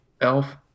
elf